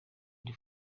iri